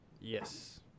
yes